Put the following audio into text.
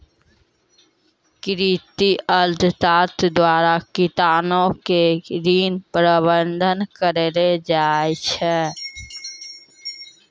कृषि अर्थशास्त्र द्वारा किसानो के ऋण प्रबंध करै छै